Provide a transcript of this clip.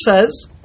says